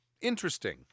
interesting